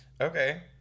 Okay